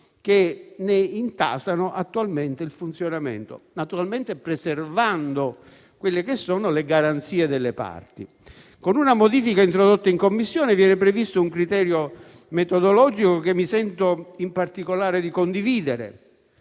che ne intasano attualmente il funzionamento, naturalmente preservando le garanzie delle parti. Con una modifica introdotta in Commissione, viene previsto un criterio metodologico che mi sento in particolare di condividere: